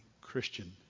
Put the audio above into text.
Christian